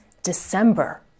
December